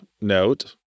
note